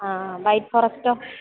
ആ വൈറ്റ് ഫോറസ്റ്റോ